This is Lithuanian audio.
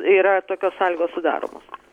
yra tokios sąlygos sudaromos